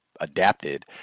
adapted